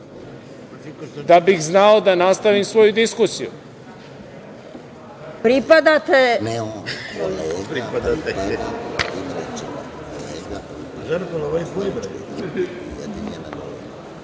da bih znao da nastavim svoju diskusiju.